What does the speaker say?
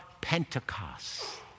Pentecost